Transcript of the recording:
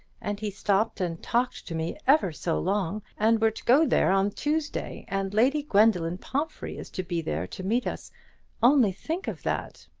and he stopped and talked to me ever so long and we're to go there on tuesday, and lady gwendoline pomphrey is to be there to meet us only think of that!